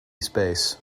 space